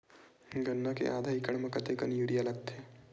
गन्ना के आधा एकड़ म कतेकन यूरिया लगथे?